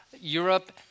europe